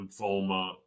lymphoma